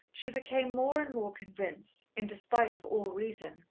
she became more and more convinced, in despite of all reason,